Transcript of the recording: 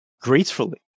gracefully